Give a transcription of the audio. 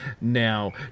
now